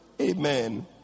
Amen